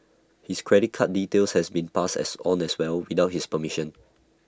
his credit card details had been passed on as well without his permission